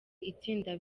itsinda